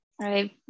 Right